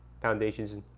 Foundation's